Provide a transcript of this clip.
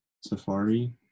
Safari